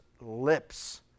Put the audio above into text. lips